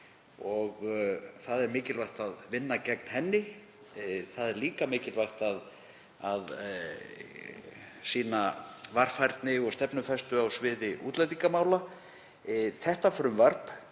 og mikilvægt að vinna gegn henni. Það er líka mikilvægt að sýna varfærni og stefnufestu á sviði útlendingamála. Þetta frumvarp